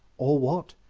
or what,